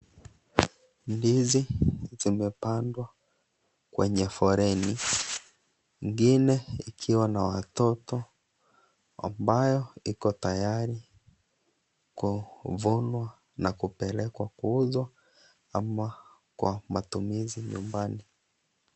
Ndizi zimepandwa kwenye foleni ingine ikiwa na watoto ambayo iko tayari kuvunwa na kupelekwa kuuzwa ama kwa matumizi nyumbani.